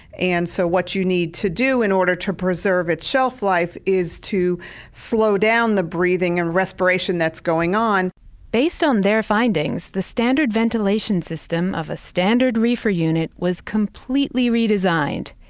and so what you need to do, in order to preserve its shelf life, is to slow down the breathing and respiration that's going on based on their findings, the standard ventilation system of a standard reefer unit was completely redesigned.